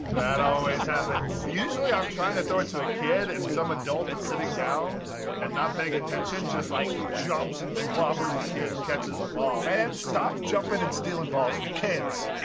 that always happens. usually, i'm trying to throw it to a kid and some adult that's sitting down and not paying attention just like jumps and clobbers the kid and catches the ball. fans, stop jumping and stealing balls from kids!